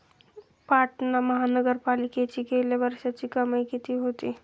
पाटणा महानगरपालिकेची गेल्या वर्षीची कमाई किती होती?